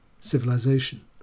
civilization